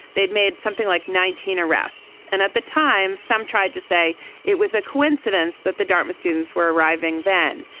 they'd made something like nineteen arrests and at the time some tried to say it was a coincidence that the dartmouth students were arriving then.